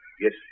Yes